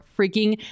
freaking